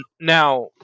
Now